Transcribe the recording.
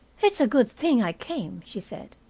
it's a good thing i came, she said.